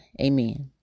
amen